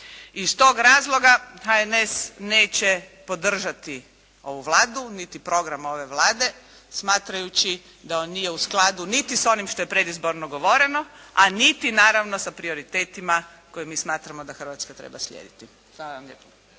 Iz tog razloga HNS neće podržati ovu Vladu, niti program ove Vlade, smatrajući da on nije u skladu niti s onim što je predizborno govoreno, a niti naravno sa prioritetima koje mi smatramo da Hrvatska treba slijediti. Hvala vam lijepa.